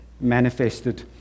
manifested